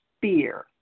fear